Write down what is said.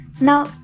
Now